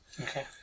Okay